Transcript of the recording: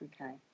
okay